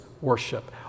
worship